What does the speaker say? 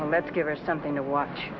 let's give us something to watch